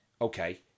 okay